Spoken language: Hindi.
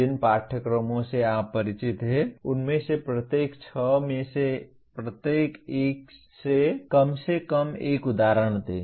जिन पाठ्यक्रमों से आप परिचित हैं उनमें से प्रत्येक छह में से प्रत्येक एक से कम से कम एक उदाहरण दें